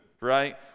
right